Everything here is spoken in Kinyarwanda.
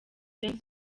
james